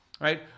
right